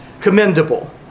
commendable